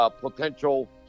potential